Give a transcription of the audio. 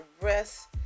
rest